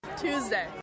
Tuesday